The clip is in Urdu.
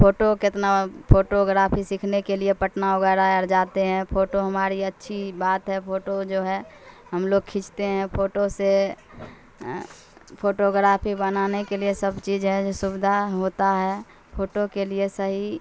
پھوٹو کتنا پھوٹوگرافی سیکھنے کے لیے پٹنہ وغیرہ جاتے ہیں پھوٹو ہماری اچھی بات ہے پھوٹو جو ہے ہم لوگ کھینچتے ہیں فوٹو سے پھوٹوگڑاپھی بنانے کے لیے سب چیز ہے جو سویدھا ہوتا ہے پھوٹو کے لیے صحیح